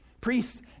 Priests